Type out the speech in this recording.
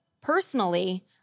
personally